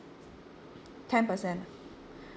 ten percent